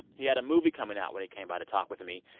he had a movie coming out when he came by to talk with me.